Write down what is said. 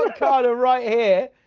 ah carter right here.